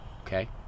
Okay